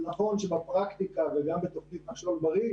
זה נכון שבפרקטיקה וגם בתוכנית "נחשול בריא"